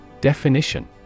Definition